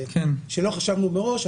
שלא חשבנו עליהם מראש,